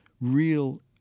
real